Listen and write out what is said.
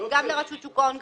גם לרשות שוק ההון,